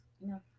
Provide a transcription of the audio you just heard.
No